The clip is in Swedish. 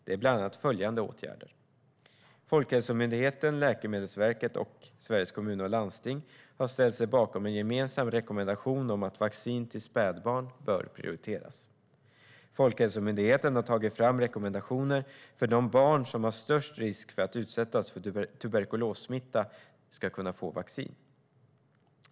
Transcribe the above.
Det är bland annat följande åtgärder: Folkhälsomyndigheten, Läkemedelsverket och Sveriges Kommuner och Landsting har ställt sig bakom en gemensam rekommendation om att vaccin till spädbarn bör prioriteras. Folkhälsomyndigheten har tagit fram rekommendationer för att de barn som löper störst risk att utsättas för tuberkulossmitta ska kunna få vaccin.